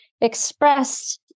expressed